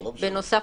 בנוסף,